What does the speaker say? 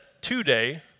today